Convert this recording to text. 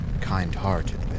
kind-hearted